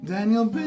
Daniel